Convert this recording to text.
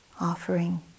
offering